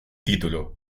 título